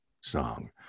song